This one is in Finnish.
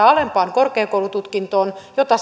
alempaan korkeakoulututkintoon jota